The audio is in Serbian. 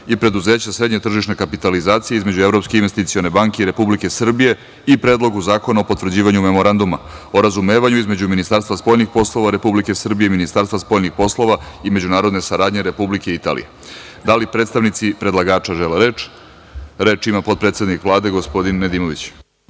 i preduzeća srednje tržišne kapitalizacije između Evropske investicione banke i Republike Srbije i Predlogu zakona o potvrđivanju Memoranduma o razumevanju između Ministarstva spoljnih poslova Republike Srbije i Ministarstva spoljnih poslova i međunarodne saradnje Republike Italije. Da li predstavnici predlagača žele reč? Reč ima potpredsednik Vlade gospodin Nedimović.